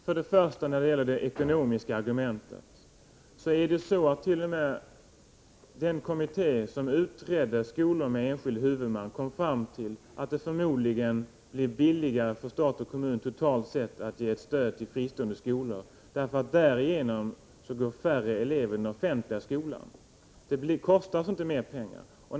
Fru talman! När det gäller det ekonomiska argumentet kom t.o.m. den Onsdagen den kommitté som utreder skolor med enskild huvudman fram till att det totalt 5 december 1984 sett förmodligen blir billigare för stat och kommun att ge ett stöd till fristående skolor, för därigenom går färre elever i den offentliga skolan. Det kostar alltså inte mer. ;; 4 frågorm.m.